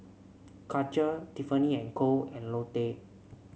Karcher Tiffany And Co and Lotte